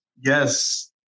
yes